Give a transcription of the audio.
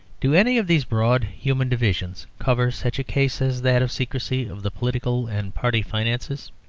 do any of these broad human divisions cover such a case as that of secrecy of the political and party finances?